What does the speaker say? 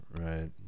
right